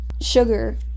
sugar